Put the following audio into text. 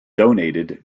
donated